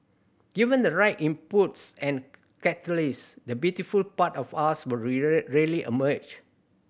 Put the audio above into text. given the right impetus and catalyst the beautiful part of us really emerge